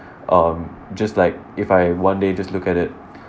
um just like if I one day just look at it